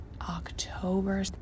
october